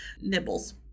nibbles